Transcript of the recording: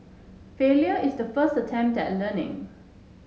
failure is the first attempt at learning